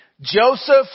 Joseph